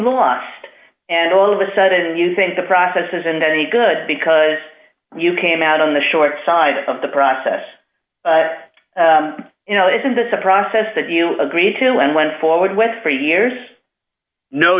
lost and all of a sudden you think the process isn't any good because you came out on the short side of the process you know is this a process that you agree to and went forward with for years no